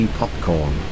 popcorn